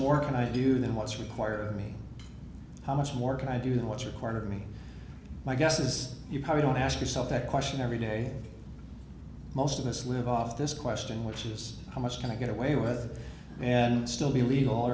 more can i do than what's required of me how much more can i do what's required of me my guess is you don't ask yourself that question every day most of us live off this question which is how much can i get away with and still be legal